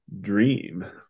dream